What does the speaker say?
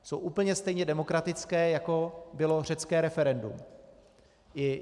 Jsou úplně stejně demokratické, jako bylo řecké referendum.